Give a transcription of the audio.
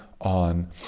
on